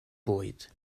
bwyd